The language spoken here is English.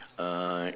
uh